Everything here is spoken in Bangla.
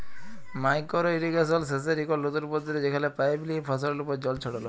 মাইকোরো ইরিগেশল সেচের ইকট লতুল পদ্ধতি যেখালে পাইপ লিয়ে ফসলের উপর জল ছড়াল হ্যয়